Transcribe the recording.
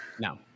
no